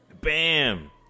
Bam